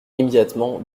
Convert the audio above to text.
immédiatement